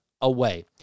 away